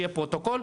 שיהיה פרוטוקול,